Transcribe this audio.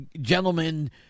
gentlemen